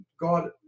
God